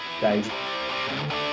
Thanks